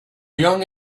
young